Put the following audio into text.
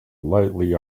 lightly